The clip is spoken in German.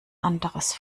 anderes